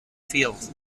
field